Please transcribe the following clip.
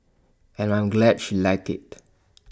and I'm glad she liked IT